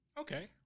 Okay